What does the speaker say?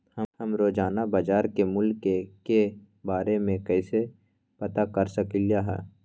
हम रोजाना बाजार के मूल्य के के बारे में कैसे पता कर सकली ह?